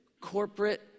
corporate